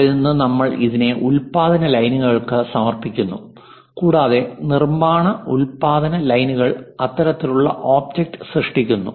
അവിടെ നിന്ന് നമ്മൾ ഇതിനെ ഉൽപാദന ലൈനുകൾക്ക് സമർപ്പിക്കുന്നു കൂടാതെ നിർമ്മാണ ഉൽപാദന ലൈനുകൾ അത്തരത്തിലുള്ള ഒബ്ജക്റ്റ് സൃഷ്ടിക്കുന്നു